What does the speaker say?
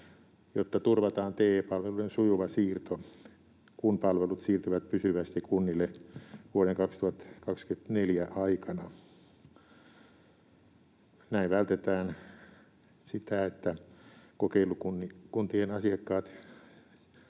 jotta turvataan TE-palveluiden sujuva siirto, kun palvelut siirtyvät pysyvästi kunnille vuoden 2024 aikana. Näin vältetään sitä, että kokeilukuntien asiakkaat